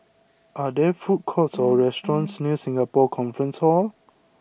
are there food courts or restaurants near Singapore Conference Hall